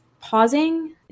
pausing